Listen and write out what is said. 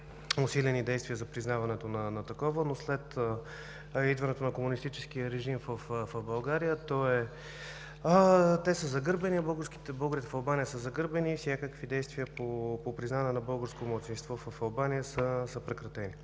усилени действия за признаването на такова, но след идването на комунистическия режим в България българите са загърбени и всякакви действия по признаване на българско малцинство в Албания са прекратени.